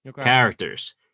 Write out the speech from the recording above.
characters